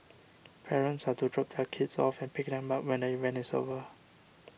parents are to drop their kids off and pick them up when the event is over